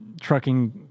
trucking